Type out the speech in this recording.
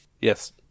Yes